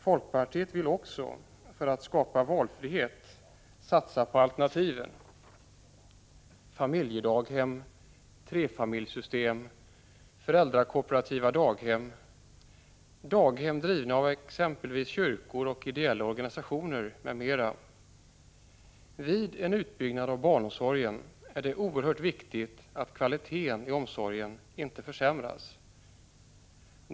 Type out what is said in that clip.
Folkpartiet vill också, för att skapa valfrihet, satsa på alternativen: familjedaghem, trefamiljssystem, föräldrakooperativa daghem, daghem drivna av exempelvis kyrkor, ideella organisationer, m.m. Vid en utbyggnad av barnomsorgen är det oerhört viktigt att kvaliteten i omsorgen inte försämras.